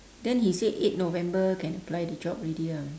then he say eight november can apply the job already ah